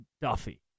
Duffy